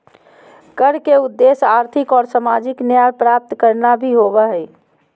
कर के उद्देश्य आर्थिक और सामाजिक न्याय प्राप्त करना भी होबो हइ